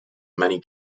many